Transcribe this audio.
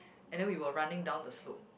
and then we were running down the slope